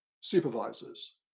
supervisors